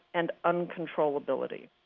and uncontrollability.